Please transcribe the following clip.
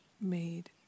made